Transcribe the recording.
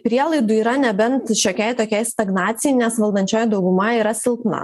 prielaidų yra nebent šiokiai tokiai stagnacija nes valdančioji dauguma yra silpna